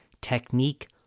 technique